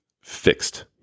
fixed